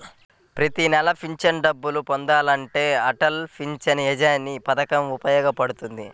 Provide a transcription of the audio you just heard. ప్రతి నెలా పెన్షన్ డబ్బులు పొందాలంటే అటల్ పెన్షన్ యోజన పథకం ఉపయోగపడుతుంది